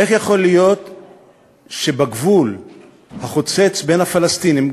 איך יכול להיות שבגבול החוצץ בין הפלסטינים,